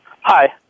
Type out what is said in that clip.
Hi